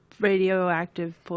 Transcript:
Radioactive